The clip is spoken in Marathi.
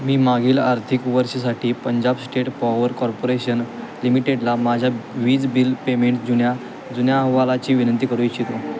मी मागील आर्थिक वर्षासाठी पंजाब स्टेट पॉवर कॉर्पोरेशन लिमिटेडला माझ्या वीज बिल पेमेंट जुन्या जुन्या अहवालाची विनंती करू इच्छितो